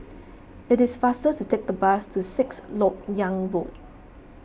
it is faster to take the bus to Sixth Lok Yang Road